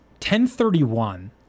1031